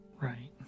Right